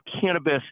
cannabis